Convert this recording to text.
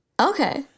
Okay